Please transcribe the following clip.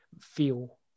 feel